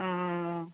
ᱚ